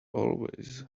always